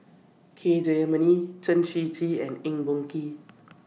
K Jayamani Chen Shiji and Eng Boh Kee